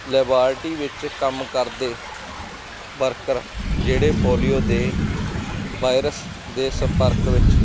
ਲੈਬਾਟੀ ਵਿੱਚ ਕੰਮ ਕਰਦੇ ਵਰਕਰ ਜਿਹੜੇ ਪੋਲੀਓ ਦੇ ਵਾਇਰਸ ਦੇ ਸੰਪਰਕ ਵਿੱਚ